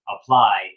apply